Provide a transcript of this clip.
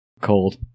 Cold